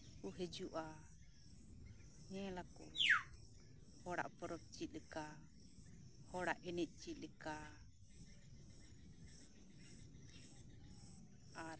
ᱠᱚ ᱦᱤᱡᱩᱜᱼᱟ ᱧᱮᱞᱟᱠᱚ ᱦᱮᱲᱟᱜ ᱯᱚᱨᱚᱵ ᱪᱮᱫ ᱞᱮᱠᱟ ᱦᱚᱲᱟᱜ ᱮᱱᱮᱡ ᱪᱮᱫ ᱞᱮᱠᱟ